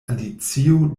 alicio